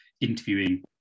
interviewing